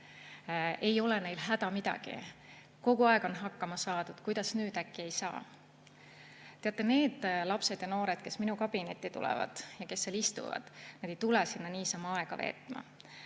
ei ole neil häda midagi – kogu aeg on hakkama saadud, kuidas nüüd äkki ei saa? Teate, need lapsed ja noored, kes minu kabinetti tulevad ja kes seal istuvad, ei tule sinna niisama aega veetma.